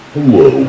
Hello